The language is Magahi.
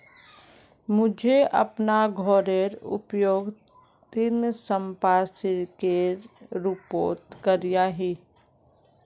मुई अपना घोरेर उपयोग ऋण संपार्श्विकेर रुपोत करिया ही